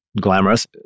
glamorous